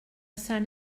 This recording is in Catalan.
sant